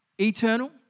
Eternal